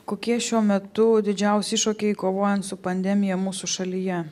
kokie šiuo metu didžiausi iššūkiai kovojant su pandemija mūsų šalyje